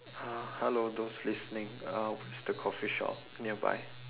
!huh! hello those listening uh where's the coffee shop nearby